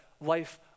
life